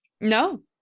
no